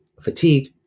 fatigue